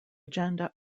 agenda